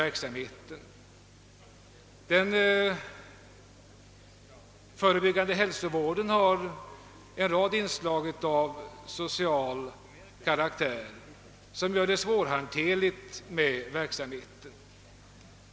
Den förebyggande hälsovården har många inslag även av social karaktär, som gör verksamheten svårhanterlig.